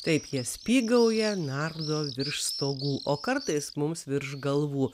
taip jie spygauja nardo virš stogų o kartais mums virš galvų